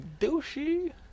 douchey